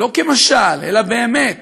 לא כמשל אלא באמת,